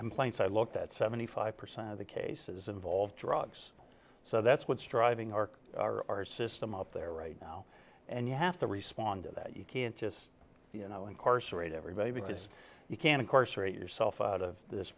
complaints i looked at seventy five percent of the cases involve drugs so that's what's driving arc our system up there right now and you have to respond to that you can't just you know incarcerate everybody because you can of course rate yourself out of this